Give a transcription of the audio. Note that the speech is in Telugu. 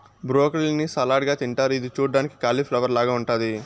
బ్రోకలీ ని సలాడ్ గా తింటారు ఇది చూడ్డానికి కాలిఫ్లవర్ లాగ ఉంటాది